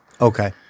Okay